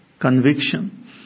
conviction